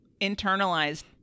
internalized